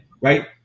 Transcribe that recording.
right